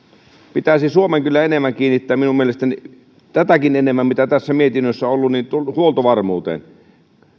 pitäisi suomen kyllä enemmän kiinnittää minun mielestäni tätäkin enemmän kuin tässä mietinnössä on ollut huomiota huoltovarmuuteen